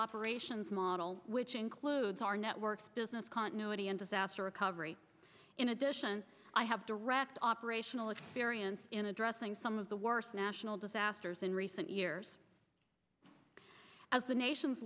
operations model which includes our networks business continuity and disaster recovery in addition i have direct operational experience in addressing some of the worst national disasters in recent years as the nation's